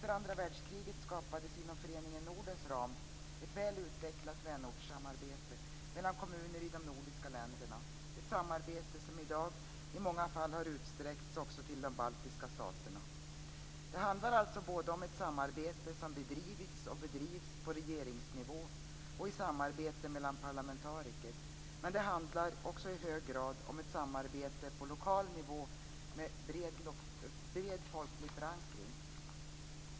Efter andra världskriget skapades inom Föreningen Nordens ram ett väl utvecklat vänortssamarbete mellan kommuner i de nordiska länderna, ett samarbete som i dag i många fall har utsträckts också till de baltiska staterna. Det handlar alltså om ett samarbete som bedrivits och bedrivs på regeringsnivå och i samarbete med parlamentariker. Men det handlar också i hög grad om ett samarbete på lokal nivå med bred folklig förankring.